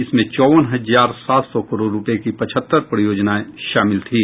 इसमें चौवन हजार सात सौ करोड रुपये की पचहत्तर परियोजनाएं शामिल थीं